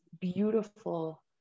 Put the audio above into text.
beautiful